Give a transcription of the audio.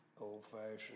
Old-fashioned